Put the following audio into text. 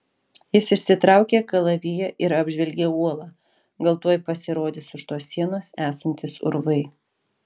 jis išsitraukė kalaviją ir apžvelgė uolą gal tuoj pasirodys už tos sienos esantys urvai